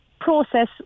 process